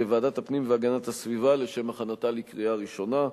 לוועדת הפנים והגנת הסביבה לשם הכנתה לקריאה ראשונה.